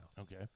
Okay